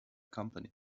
company